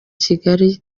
kigali